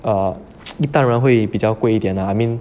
err 你当然会比较贵一点呢 I mean